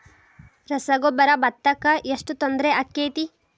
ರಸಗೊಬ್ಬರ, ಭತ್ತಕ್ಕ ಎಷ್ಟ ತೊಂದರೆ ಆಕ್ಕೆತಿ?